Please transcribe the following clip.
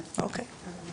אוקיי.